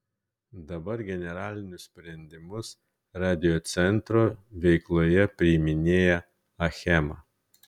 dabar generalinius sprendimus radiocentro veikloje priiminėja achema